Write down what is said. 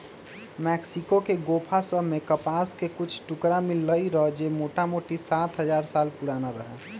Mexico के गोफा सभ में कपास के कुछ टुकरा मिललइ र जे मोटामोटी सात हजार साल पुरान रहै